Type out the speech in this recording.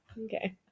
okay